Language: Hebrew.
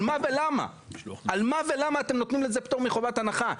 על מה ולמה אתם נותנים לזה פטור מחובת הנחה?